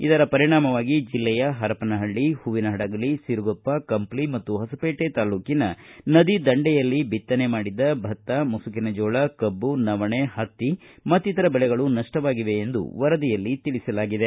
ಇದರ ಪರಿಣಾಮವಾಗಿ ಬೆಲ್ಲೆಯ ಪರಪನಹಳ್ಳಿ ಹೂವಿನಹಡಗಳಿ ಸಿರುಗುಪ್ಪ ಕಂಪ್ಲಿ ಮತ್ತು ಹೊಸಪೇಟೆ ತಾಲ್ಲೂಕಿನ ನದಿ ದಂಡೆಯಲ್ಲಿ ಬಿತ್ತನೆ ಮಾಡಿದ್ದ ಭತ್ತ ಮುಸುಕಿನ ಜೋಳ ಕಬ್ಬು ನವಣೆ ಹತ್ತಿ ಮತ್ತಿತರ ಬೆಳೆಗಳು ನಷ್ಟವಾಗಿವೆ ಎಂದು ವರದಿಯಲ್ಲಿ ತಿಳಿಸಲಾಗಿದೆ